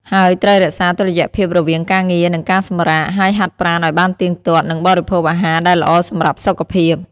ហើយត្រូវរក្សាតុល្យភាពរវាងការងារ និងការសម្រាក ហើយហាត់ប្រាណឲ្យបានទៀងទាត់ និងបរិភោគអាហារដែលល្អសម្រាប់សុខភាព។